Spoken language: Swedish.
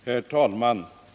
Herr talman!